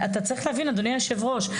אתה צריך להבין אדוני היושב ראש.